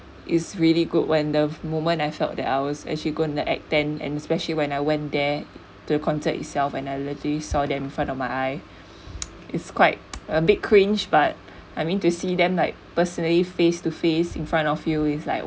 is really good when the moment I felt that I was actually gonna attend and especially when I went there to concert itself and I literally saw them in front of my eye it's quite a big cringe but I mean to see them like personally face to face in front of you is like